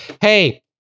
Hey